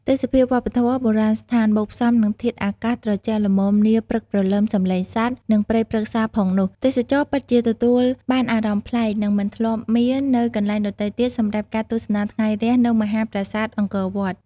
ទេសភាពវប្បធម៌ បុរាណស្ថាន បូកផ្សំនឹងធាតុអាកាសត្រជាក់ល្មមនាព្រឹកព្រលឹម សំឡេងសត្វ និងព្រៃព្រឹក្សាផងនោះ ទេសចរពិតជាទទួលបានអារម្មណ៍ប្លែក និងមិនធ្លាប់មាននៅកន្លែងដទៃទៀតសម្រាប់ការទស្សនាថ្ងៃរះនៅមហាប្រាសាទអង្គរវត្ត។